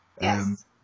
Yes